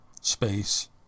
space